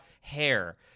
hair